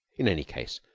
in any case,